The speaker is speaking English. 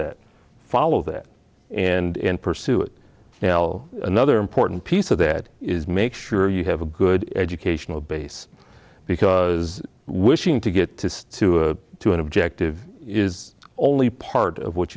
that follow that and pursue it now another important piece of that is make sure you have a good educational base because wishing to get to to a to an objective is only part of what